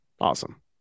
Awesome